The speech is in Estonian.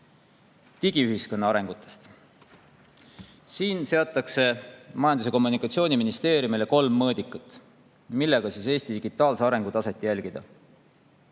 Digiühiskonna arengutest. Siin seatakse Majandus- ja Kommunikatsiooniministeeriumile kolm mõõdikut, mille järgi Eesti digitaalse arengu taset jälgida.